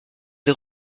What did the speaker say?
des